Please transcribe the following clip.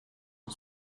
are